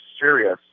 serious